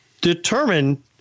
determined